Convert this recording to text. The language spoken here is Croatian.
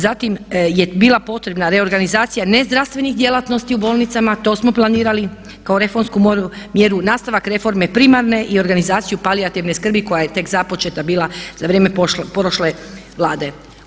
Zatim je bila potrebna reorganizacija nezdravstvenih djelatnosti u bolnicama, to smo planirali kao reformsku mjeru, nastavak reforme primarne i organizaciju palijativne skrbi koja je tek započeta bila za vrijeme prošle Vlade.